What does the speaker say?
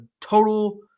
total